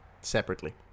separately